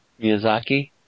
Miyazaki